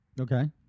Okay